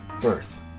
Birth